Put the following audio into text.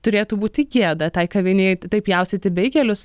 turėtų būti gėda tai kavinei taip pjaustyti beigelius